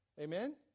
Amen